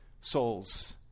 souls